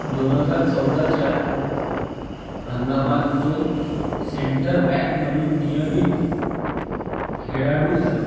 दोन हजार चौदाच्या हंगामात तो सेंटर बॅक म्हणून नियमित खेळाडू झाला